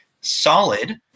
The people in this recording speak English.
solid